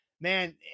man